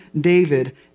David